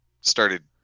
started